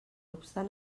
obstant